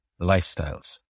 lifestyles